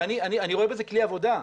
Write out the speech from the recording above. ואני רואה בזה כלי עבודה,